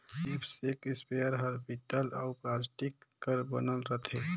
knapsack sprayer हर पीतल अउ प्लास्टिक कर बनल रथे